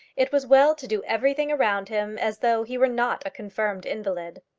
it was well to do everything around him as though he were not a confirmed invalid.